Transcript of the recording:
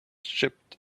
chipped